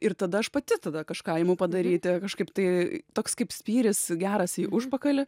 ir tada aš pati tada kažką imu padaryti kažkaip tai toks kaip spyris geras į užpakalį